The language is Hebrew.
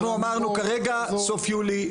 אנחנו אמרנו כרגע סוף יולי.